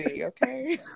Okay